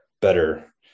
better